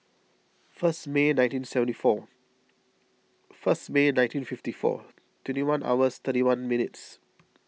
first May nineteen seventy four first May nineteen fifty four twenty one hours thirty one minutes